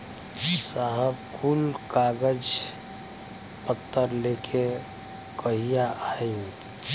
साहब कुल कागज पतर लेके कहिया आई?